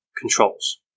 controls